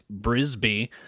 brisby